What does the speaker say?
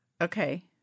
Okay